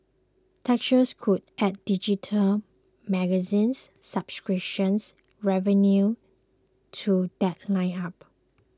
texture could add digital magazine subscription revenue to that lineup